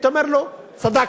אמרתי לו: צדקת.